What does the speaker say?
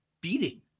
beating